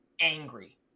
angry